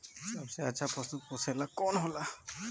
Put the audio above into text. सबसे अच्छा पशु पोसेला कौन होला?